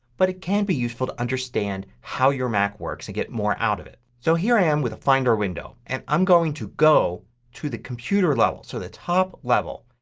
but it can be useful to understand how your mac works and get more out of it. so here i am with a finder window. and i'm going to go to the computer level, so the top level.